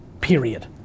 period